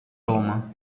roma